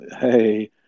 hey